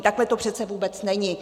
Takhle to přece vůbec není.